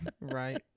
Right